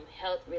health